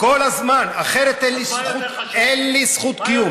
כל הזמן, אחרת אין לי זכות קיום.